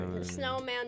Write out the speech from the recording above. snowman